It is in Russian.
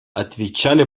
отвечали